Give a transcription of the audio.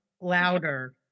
Louder